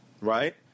right